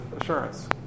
assurance